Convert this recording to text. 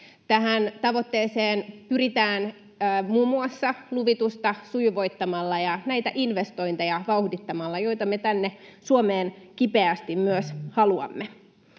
Tähän tavoitteeseen pyritään muun muassa luvitusta sujuvoittamalla ja vauhdittamalla näitä investointeja, joita me tänne Suomeen kipeästi myös haluamme.